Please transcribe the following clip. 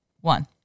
one